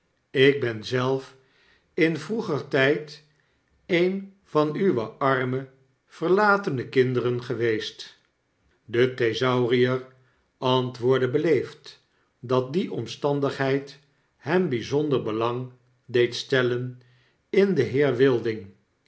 ik ben zelf in vroeger tyd een van uwe arme verlatene kinderen geweest de thesaurier antwoordde beleefd dat die omstandigheid hem byzonder belang deedstellen in den heer wilding